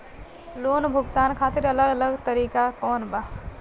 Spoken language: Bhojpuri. लोन भुगतान खातिर अलग अलग तरीका कौन बा?